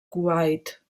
kuwait